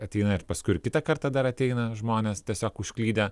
ateina ir paskui ir kitą kartą dar ateina žmonės tiesiog užklydę